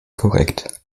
korrekt